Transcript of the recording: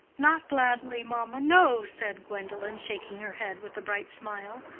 not gladly, mamma, no! said gwendolen, shaking her head, with a bright smile.